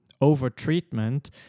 over-treatment